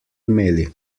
imeli